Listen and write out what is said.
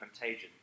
Contagion